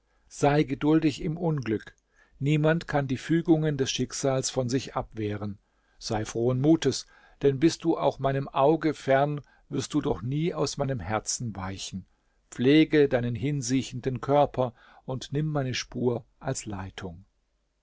sei geduldig im unglück niemand kann die fügungen des schicksals von sich abwehren sei frohen mutes denn bist du auch meinem auge fern wirst du doch nie aus meinem herzen weichen pflege deinen hinsiechenden körper und nimm meine spur als leitung